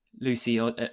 Lucy